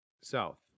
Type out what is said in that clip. South